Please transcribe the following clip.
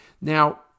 Now